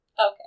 Okay